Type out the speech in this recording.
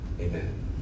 amen